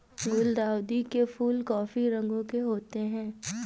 गुलाउदी के फूल काफी रंगों के होते हैं